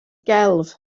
gelf